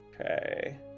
Okay